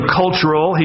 cultural